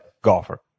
golfer